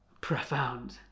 profound